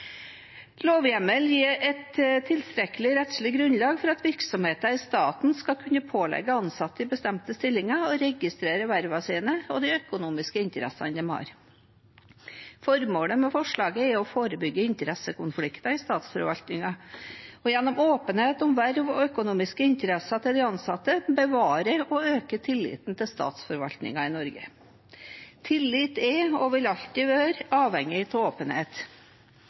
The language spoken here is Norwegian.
et tilstrekkelig rettslig grunnlag for at virksomheter i staten skal kunne pålegge ansatte i bestemte stillinger å registrere vervene sine og de økonomiske interessene de har. Formålet med forslaget er å forebygge interessekonflikter i statsforvaltningen og gjennom åpenhet om vervene og de økonomiske interessene til de ansatte bevare og øke tilliten til statsforvaltningen i Norge. Tillit er og vil alltid være avhengig av åpenhet.